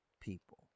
people